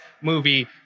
movie